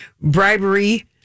bribery